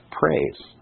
praise